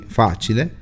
facile